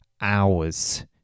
hours